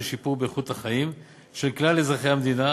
לשיפור באיכות החיים של כלל אזרחי המדינה,